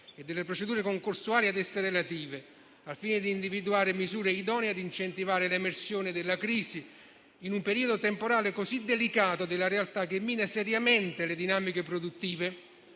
e delle procedure concorsuali ad essa relative, al fine di individuare misure idonee ad incentivare l'emersione dalla crisi in un periodo temporale così delicato, che mina seriamente le dinamiche produttive